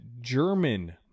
German